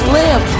live